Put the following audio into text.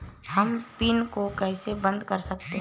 हम पिन को कैसे बंद कर सकते हैं?